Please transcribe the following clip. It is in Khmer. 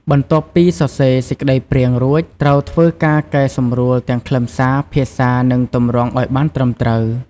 បន្ទាប់ពីសរសេរសេចក្តីព្រាងរួច ត្រូវធ្វើការកែសម្រួលទាំងខ្លឹមសារ ភាសា និងទម្រង់ឲ្យបានត្រឹមត្រូវ។